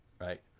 right